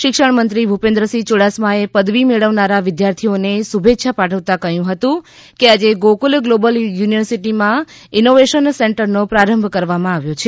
શિક્ષણમંત્રી ભૂપેન્દ્રસિંહ યુડાસમાએ પદવી મેળવાનારા વિદ્યાર્થીઓને શુભેચ્છા પાઠવતા કહ્યું હતું કે આજે ગોકુલ ગ્લોબલ યુનિવર્સીટીમાં ઈનોવેશન સેન્ટરનો પ્રારંભ કરવામાં આવ્યો છે